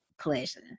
pleasure